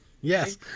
Yes